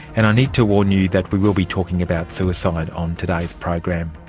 and i need to warn you that we will be talking about suicide on today's program.